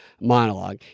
monologue